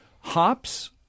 Hops